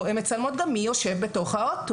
הן מצלמות גם מי יושב בתוך הרכב.